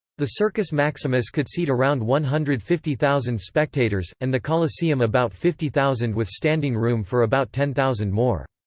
the circus maximus could seat around one hundred and fifty thousand spectators, and the colosseum about fifty thousand with standing room for about ten thousand more.